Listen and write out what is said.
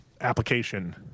application